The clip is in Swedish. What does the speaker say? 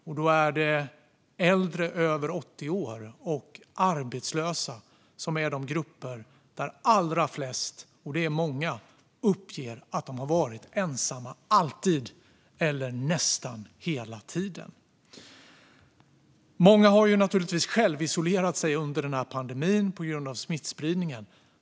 Den visar att det är äldre över 80 år och arbetslösa som är de grupper där allra flest - och det är många - uppger att de har varit ensamma alltid eller nästan hela tiden. Många har naturligtvis självisolerat sig under pandemin på grund av smittspridningen.